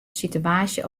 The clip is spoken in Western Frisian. sitewaasje